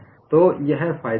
तो यह फायदा है